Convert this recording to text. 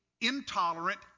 intolerant